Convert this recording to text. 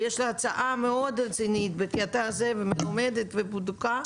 ויש לו הצעה מאוד רצינית בקטע הזה ומלומדת ובדוקה.